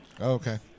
Okay